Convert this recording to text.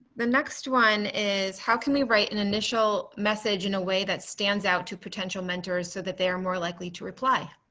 the next one is, how can we write an initial message in a way that stands out to potential mentors so that they are more likely to reply?